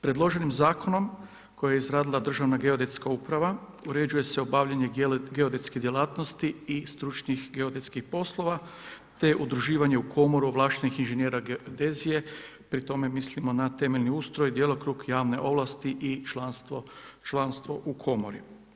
Predloženim zakonom koji je izradila Državna geodetska uprava uređuje se obavljanje geodetske djelatnosti i stručnih geodetskih poslova te udruživanje u Komoru ovlaštenih inženjera geodezije, pri tome mislimo na temeljni ustroj, djelokrug, javne ovlasti i članstvo u komori.